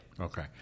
Okay